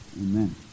Amen